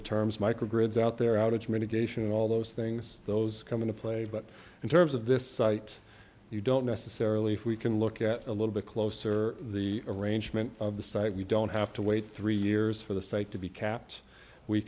the terms micro grids out there outage mitigation all those things those come into play but in terms of this site you don't necessarily if we can look at a little bit closer the arrangement of the site we don't have to wait three years for the site to be